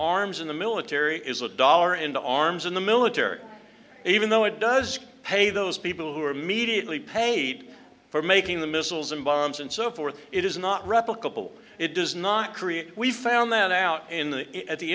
arms in the military is a dollar in the arms in the military even though it does pay those people who are immediately paid for making the missiles and bombs and so forth it is not replicable it does not create we found that out in the at the